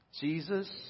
Jesus